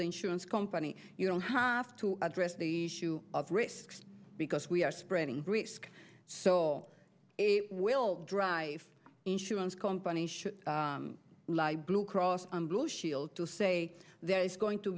the insurance company you don't have to address the issue of risks because we are spreading risk so we'll drive insurance companies should lie blue cross blue shield to say there is going to